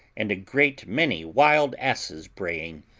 and a great many wild asses braying,